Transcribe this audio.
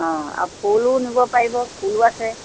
ফুলো নিব পাৰিব ফুলো আছে